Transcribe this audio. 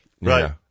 Right